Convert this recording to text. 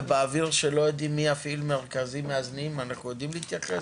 ובאוויר כשלא יודעים מי יפעיל מרכזים מאזנים אנחנו יודעים להתייחס?